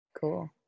cool